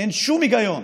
אין שום היגיון